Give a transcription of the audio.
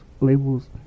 Labels